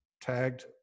tagged